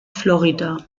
florida